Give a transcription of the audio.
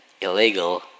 illegal